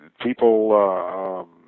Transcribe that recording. People